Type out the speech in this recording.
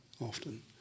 often